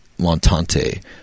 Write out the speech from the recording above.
Montante